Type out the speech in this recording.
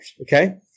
okay